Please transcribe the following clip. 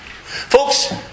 Folks